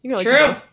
True